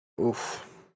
Oof